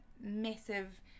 massive